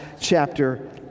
chapter